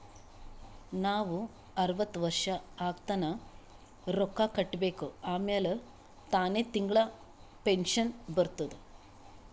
ನಾವ್ ಅರ್ವತ್ ವರ್ಷ ಆಗತನಾ ರೊಕ್ಕಾ ಕಟ್ಬೇಕ ಆಮ್ಯಾಲ ತಾನೆ ತಿಂಗಳಾ ಪೆನ್ಶನ್ ಬರ್ತುದ್